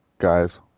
guys